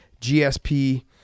GSP